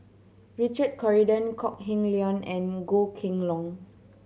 Richard Corridon Kok Heng Leun and Goh Kheng Long